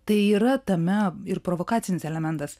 tai yra tame ir provokacinis elementas